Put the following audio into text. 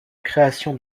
création